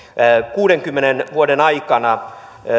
kuudenkymmenen vuoden aikana